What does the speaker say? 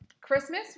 Christmas